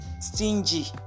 stingy